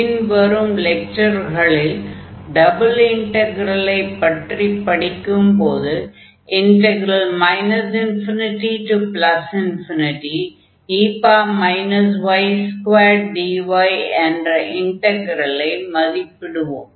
பின் வரும் லெக்சர்களில் டபுள் இன்டக்ரலை பற்றி படிக்கும்போது ∞e y2dy என்ற இன்டக்ரலை மதிப்பிடுவோம்